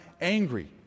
angry